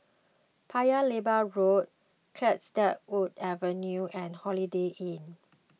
Paya Lebar Road Cedarwood Avenue and Holiday Inn